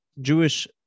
Jewish